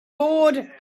board